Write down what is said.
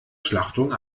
schlachtung